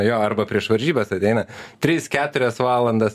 jo arba prieš varžybas ateina tris keturias valandas